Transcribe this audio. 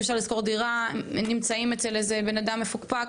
אי אפשר לשכור דירה אז נמצאים אצל איזה בן אדם מפוקפק.